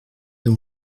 dont